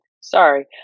Sorry